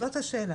- זאת השאלה